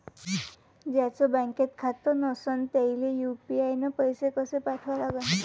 ज्याचं बँकेत खातं नसणं त्याईले यू.पी.आय न पैसे कसे पाठवा लागन?